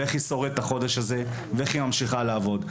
ואיך היא שורדת את החודש הזה ואיך היא ממשיכה לעבוד.